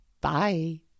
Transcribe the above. Bye